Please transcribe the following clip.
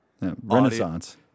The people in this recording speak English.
Renaissance